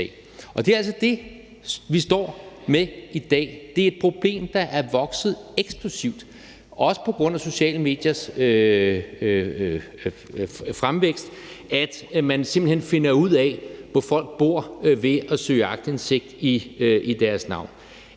Det er altså det, vi står med i dag. Det er et problem, der er vokset eksplosivt, også på grund af sociale mediers fremvækst, altså at man simpelt hen finder ud af, hvor folk bor, ved at søge aktindsigt i deres navn.